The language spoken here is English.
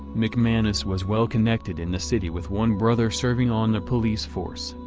mcmanus was well connected in the city with one brother serving on the police force,